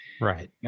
Right